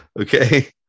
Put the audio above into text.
Okay